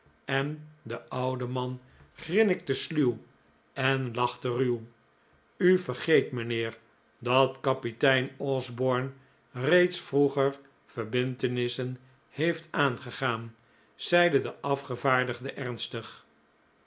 en de oude man grinnikte sluw en lachte ruw u vergeet mijnheer dat kapitein osborne reeds vroeger verbintenissen heeft aangegaan zeide de afgevaardigde ernstig